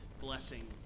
blessing